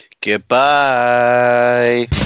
Goodbye